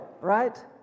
right